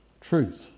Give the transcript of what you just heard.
truth